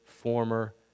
former